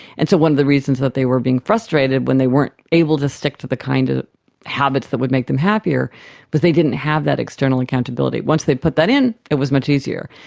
and so one of the reasons that they were being frustrated when they weren't able to stick to the kind of habits that would make them happier was they didn't have that external accountability. once they put that in, it was much easier.